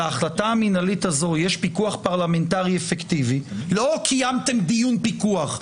ההחלטה המינהלית הזאת יש פיקוח פרלמנטרי אפקטיבי לא קיימתם דיון פיקוח,